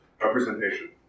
representation